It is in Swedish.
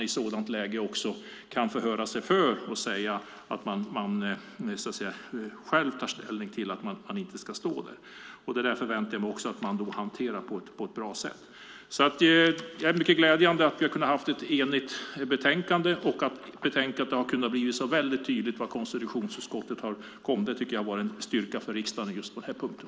I ett sådant läge ska man höra sig för så att personen själv får ta ställning till om man ska stå där. Jag förväntar mig också att man hanterar detta på ett bra sätt. Det är mycket glädjande att det är ett enigt betänkande och att det är väldigt tydligt vad konstitutionsutskottet har kommit fram till. Det tycker jag har varit en styrka för riksdagen på den här punkten.